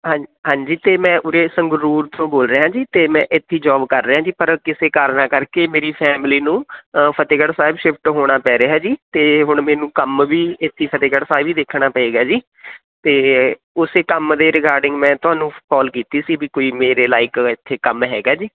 ਹਾਂ ਹਾਂਜੀ ਅਤੇ ਮੈਂ ਉਰੇ ਸੰਗਰੂਰ ਤੋਂ ਬੋਲ ਰਿਹਾ ਜੀ ਅਤੇ ਮੈਂ ਇੱਥੇ ਹੀ ਜੋਬ ਕਰ ਰਿਹਾ ਜੀ ਪਰ ਕਿਸੇ ਕਾਰਨਾਂ ਕਰਕੇ ਮੇਰੀ ਫੈਮਿਲੀ ਨੂੰ ਫਤਿਹਗੜ੍ਹ ਸਾਹਿਬ ਸ਼ਿਫਟ ਹੋਣਾ ਪੈ ਰਿਹਾ ਜੀ ਅਤੇ ਹੁਣ ਮੈਨੂੰ ਕੰਮ ਵੀ ਇੱਥੇ ਫਤਿਹਗੜ੍ਹ ਸਾਹਿਬ ਹੀ ਦੇਖਣਾ ਪਏਗਾ ਜੀ ਅਤੇ ਉਸੇ ਕੰਮ ਦੇ ਰਿਗਾਰਡਿੰਗ ਮੈਂ ਤੁਹਾਨੂੰ ਕੋਲ ਕੀਤੀ ਸੀ ਵੀ ਕੋਈ ਮੇਰੇ ਲਾਇਕ ਇੱਥੇ ਕੰਮ ਹੈਗਾ ਜੀ